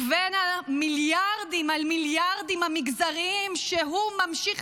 ובין המיליארדים על מיליארדים המגזריים שהוא ממשיך